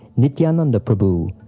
nityananda prabhu,